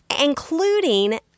including